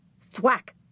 Thwack